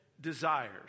desires